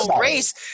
race